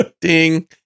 Ding